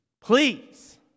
Please